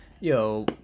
Yo